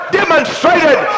demonstrated